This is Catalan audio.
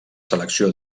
selecció